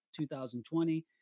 2020